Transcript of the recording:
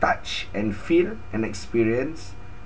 touch and feel and experience